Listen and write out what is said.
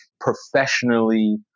professionally